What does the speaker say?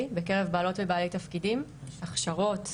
בקרב בעלות ובעלי תפקידים: הכשרות,